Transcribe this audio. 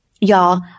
y'all